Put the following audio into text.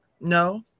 no